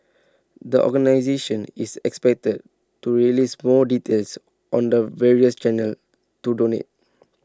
the organisation is expected to release more details on the various channels to donate